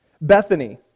Bethany